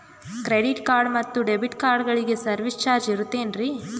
Credit card ಮತ್ತು debit ಕಾರ್ಡಗಳಿಗೆ service charge ಇರುತೇನ್ರಿ?